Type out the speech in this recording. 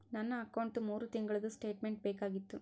ನನ್ನ ಅಕೌಂಟ್ದು ಮೂರು ತಿಂಗಳದು ಸ್ಟೇಟ್ಮೆಂಟ್ ಬೇಕಾಗಿತ್ತು?